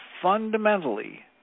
fundamentally